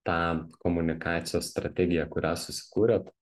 tą komunikacijos strategiją kurią susikūrėt